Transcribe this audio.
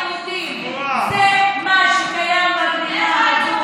אני אומר את האמת,